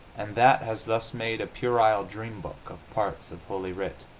and that has thus made a puerile dream-book of parts of holy writ.